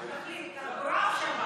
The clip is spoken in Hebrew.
תחליט, תחבורה או שבת?